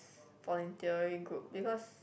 voluntary group because